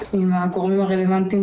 באמת,